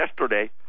yesterday